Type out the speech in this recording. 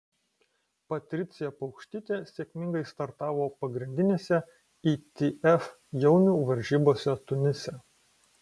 patricija paukštytė sėkmingai startavo pagrindinėse itf jaunių varžybose tunise